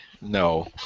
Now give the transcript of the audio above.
No